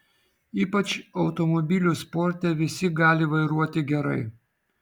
ypač automobilių sporte visi gali vairuoti gerai